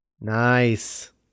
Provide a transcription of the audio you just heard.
Nice